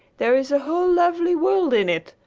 there is a whole lovely world in it.